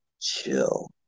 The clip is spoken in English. chill